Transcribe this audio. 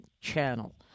channel